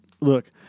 look